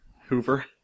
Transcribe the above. Hoover